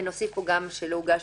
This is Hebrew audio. ושלא הוגש